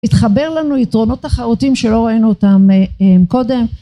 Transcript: התחבר לנו יתרונות תחרותיים שלא ראינו אותם קודם